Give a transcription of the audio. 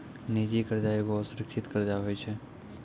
निजी कर्जा एगो असुरक्षित कर्जा होय छै